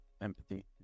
Empathy